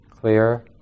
clear